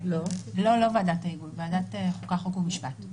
לא, לא ועדת ההיגוי, ועדת חוקה, חוק ומשפט.